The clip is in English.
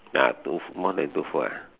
ah two more than two foot ah